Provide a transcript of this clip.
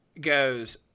goes